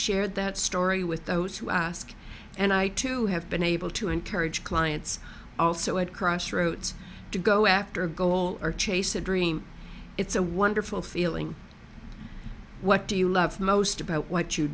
shared that story with those who ask and i too have been able to encourage clients also at crossroads to go after a goal or chase a dream it's a wonderful feeling what do you love most about what you